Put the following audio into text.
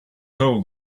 told